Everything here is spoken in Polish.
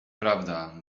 prawda